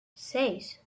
seis